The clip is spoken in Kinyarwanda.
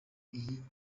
iyi